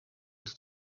twe